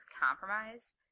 compromise